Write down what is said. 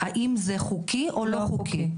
האם זה חוקי או לא חוקי?